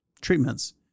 treatments